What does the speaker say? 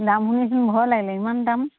দাম শুনিচোন ভয় লাগিলে ইমান দাম